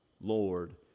Lord